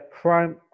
Prime